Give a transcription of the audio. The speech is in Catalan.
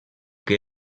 que